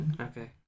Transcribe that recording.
Okay